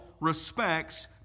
respects